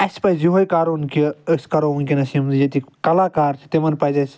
اسہِ پزِ یہوے کرُن کہِ أسۍ کرو ونکٮ۪نس یِم ییٚتِکۍ کلاکار چھُِ تِمن پزِ اسہِ